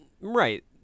Right